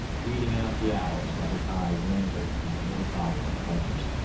reading out the hours while his eyes lingered on the little bottle of cultures.